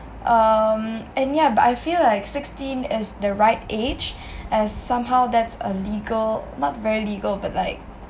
um and ya but I feel like sixteen is the right age as somehow that's a legal not very legal but like